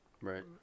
Right